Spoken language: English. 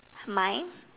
my